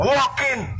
Walking